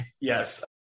yes